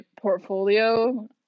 portfolio